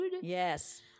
Yes